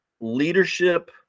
leadership